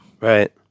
Right